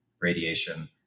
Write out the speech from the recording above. radiation